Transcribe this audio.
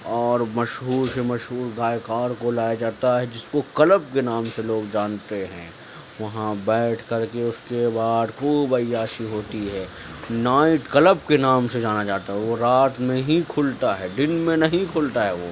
اور مشہور سے مشہور گائے کار کو لایا جاتا ہے جس کو کلب کے نام سے لوگ جانتے ہیں وہاں بیٹھ کر کے اس کے بعد خوب عیاشی ہوتی ہے نائٹ کلب کے نام سے جانا جاتا ہے وہ رات میں ہی کھلتا ہے دن میں نہیں کھلتا ہے وہ